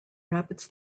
rabbits